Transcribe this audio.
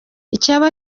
icyaba